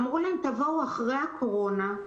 אמרו להם תבואו אחרי הקורונה.